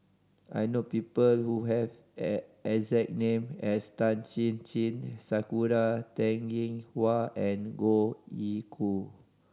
I know people who have the exact name as Tan Chin Chin Sakura Teng Ying Hua and Goh Ee Choo